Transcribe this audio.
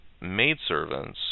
maidservants